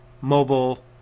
mobile